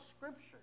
scripture